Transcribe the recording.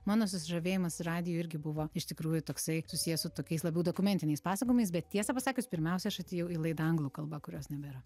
mano susižavėjimas radiju irgi buvo iš tikrųjų toksai susijęs su tokiais labiau dokumentiniais pasakojimais bet tiesą pasakius pirmiausia aš atėjau į laidą anglų kalba kurios nebėra